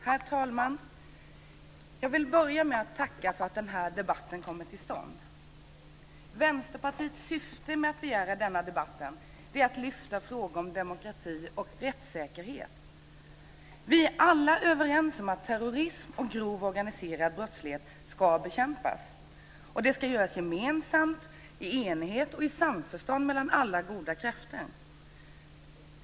Herr talman! Jag vill börja med att tacka för att den här debatten kommer till stånd. Vänsterpartiets syfte med att begära denna debatt är att lyfta fram frågor om demokrati och rättssäkerhet. Vi är alla överens om att terrorism och grov organiserad brottslighet ska bekämpas, och det ska göras gemensamt i enighet och i samförstånd mellan alla goda krafter.